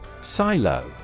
Silo